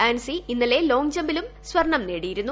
ആൻസി ഇന്നലെ ലോംഗ്ജമ്പിലും സ്വർണ്ണം നേടിയിരുന്നു